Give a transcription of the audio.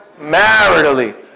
maritally